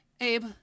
Abe